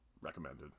recommended